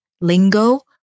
lingo